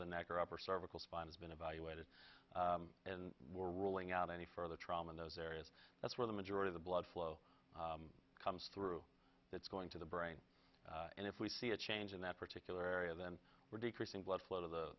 of the neck or upper cervical spine has been evaluated and we're ruling out any further trauma in those areas that's where the majority the blood flow comes through it's going to the brain and if we see a change in that particular area then we're decreasing blood flow to the